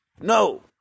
no